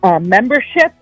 membership